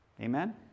Amen